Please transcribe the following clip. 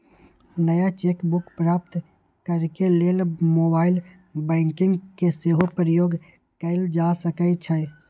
नया cheque book प्राप्त करेके लेल मोबाइल बैंकिंग के सेहो प्रयोग कएल जा सकइ छइ